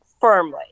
firmly